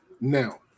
now